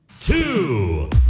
Two